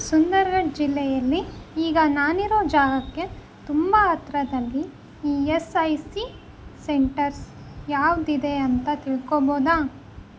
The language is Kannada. ಸುಂದರ್ಘರ್ ಜಿಲ್ಲೆಯಲ್ಲಿ ಈಗ ನಾನಿರೋ ಜಾಗಕ್ಕೆ ತುಂಬ ಹತ್ರದಲ್ಲಿ E S I C centres ಯಾವುದಿದೆ ಅಂತ ತಿಳ್ಕೋಬೋದಾ